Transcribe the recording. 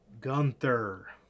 Gunther